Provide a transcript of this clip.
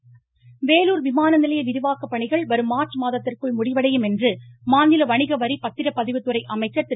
வீரமணி வேலூர் விமான நிலைய விரிவாக்க பணிகள் வரும் மார்ச் மாதத்திற்குள் முடிவடையும் என்று மாநில வணிகவரி பத்திரப்பதிவுத்துறை அமைச்சர் திரு